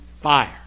fire